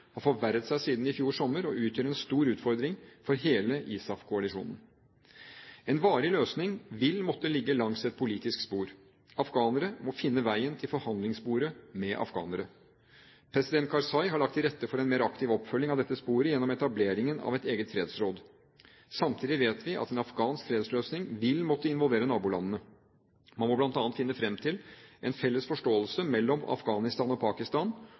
har forverret seg siden i fjor sommer og utgjør en stor utfordring for hele ISAF-koalisjonen. En varig løsning vil måtte ligge langs et politisk spor. Afghanere må finne veien til forhandlingsbordet med afghanere. President Karzai har lagt til rette for en mer aktiv oppfølging av dette sporet gjennom etableringen av et eget fredsråd. Samtidig vet vi at en afghansk fredsløsning vil måtte involvere nabolandene. Man må bl.a. finne fram til en felles forståelse mellom Afghanistan og Pakistan,